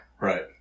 right